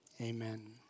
Amen